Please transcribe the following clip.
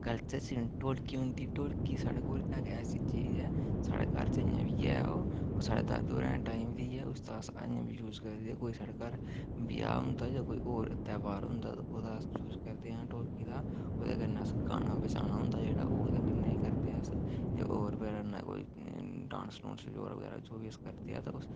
culture च ढोलकी हुंदी ढोलकी स्हाड़े कोल इक ऐसी चीज ऐ साढ़े घर च इयां बी ऐ ओह् ओर साढ़े दादू हुंदे टाइम उसदा अस अजें बी यूज करदे कोई साढ़े घर ब्याह हुंदा जां होर ध्यार हुंदा ओह्दा अस यूज़ करदे आं ढोलकी दा ते कन्नै अस गाना बजाना हुंदा ऐ जेह्ड़ा ढोलकी दा ओह् ओह्दे कन्नै गै करदे अस ते होर बगैरा कोई डांस डूंस बी होर बगैरा जो बी अस करदे ते उस